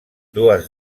dues